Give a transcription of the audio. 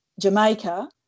Jamaica